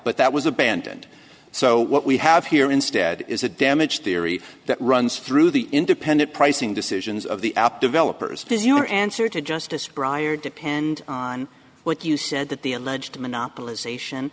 but that was abandoned so what we have here instead is a damage theory that runs through the independent pricing decisions of the app developers is your answer to justice brier depend on what you said that the alleged monopolization